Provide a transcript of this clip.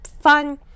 fun